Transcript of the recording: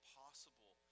possible